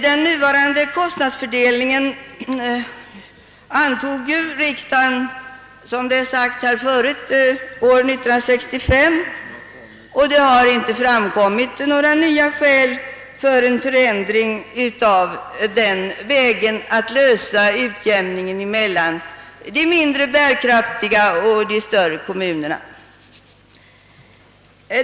Den nuvarande kostnadsfördelningen antog riksdagen, som sagts här förut, år 1965, och det har inte framkommit några nya skäl för en förändring av metoden att lösa problemet med en utjämning mellan de mindre bärkraftiga och de större kommunerna.